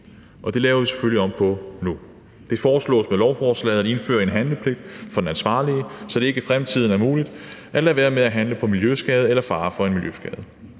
Det laver vi selvfølgelig om på nu. Det foreslås med lovforslaget at indføre en handlepligt for den ansvarlige, så det ikke i fremtiden er muligt at lade være med at handle på miljøskade eller fare for en miljøskade.